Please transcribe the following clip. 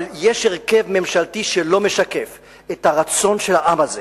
יש הרכב ממשלתי שלא משקף את הרצון של העם הזה